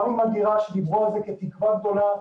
גם עם אגירה שדיברו עליה כתקווה הגדולה,